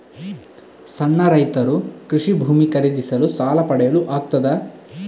ಸಣ್ಣ ರೈತರು ಕೃಷಿ ಭೂಮಿ ಖರೀದಿಸಲು ಸಾಲ ಪಡೆಯಲು ಆಗ್ತದ?